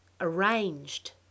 Arranged